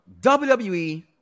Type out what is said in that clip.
WWE